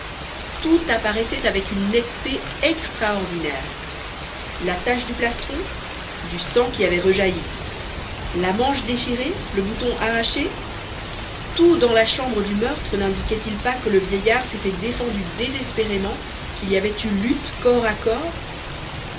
tout apparaissait avec une netteté extraordinaire la tache du plastron du sang qui avait rejailli la manche déchirée le bouton arraché tout dans la chambre du meurtre n'indiquaitil pas que le vieillard s'était défendu désespérément qu'il y avait eu lutte corps à corps